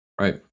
Right